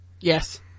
Yes